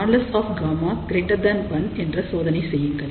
|Γout |1 என்று சோதனை செய்யுங்கள்